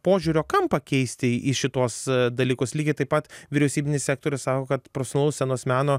požiūrio kampą keisti į šituos dalykus lygiai taip pat vyriausybinis sektorius sako kad profesionalaus scenos meno